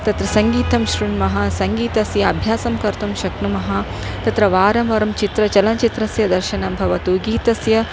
तत्र सङ्गीतं शृण्मः सङ्गीतस्य अभ्यासं कर्तुं शक्नुमः तत्र वारं वारं चित्रचलनचित्रस्य दर्शनं भवतु गीतस्य